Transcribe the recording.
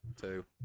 Two